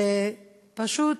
שפשוט